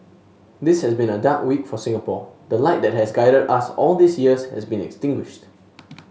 this has been a dark week for Singapore the light that has guided us all these years has been extinguished